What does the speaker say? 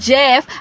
Jeff